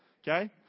Okay